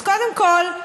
אז קודם כול,